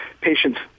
patients